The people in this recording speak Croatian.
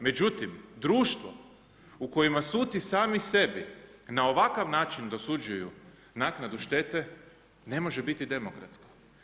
Međutim, društvo u kojima suci sami sebi na ovakav način dosuđuju naknadu štete, ne može biti demokratski.